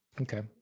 okay